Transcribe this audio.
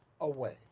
away